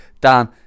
Dan